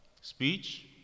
speech